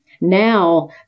Now